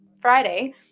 Friday